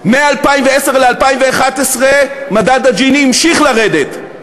מ-2010 ל-2011 מדד ג'יני המשיך לרדת.